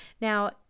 Now